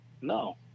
No